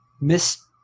Miss